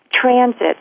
transit